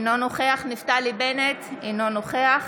אינו נוכח נפתלי בנט, אינו נוכח